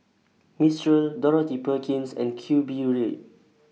Mistral Dorothy Perkins and Q Bread